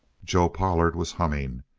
joe pollard was humming.